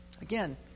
Again